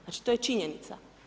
Znači, to je činjenica.